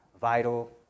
vital